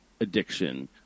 addiction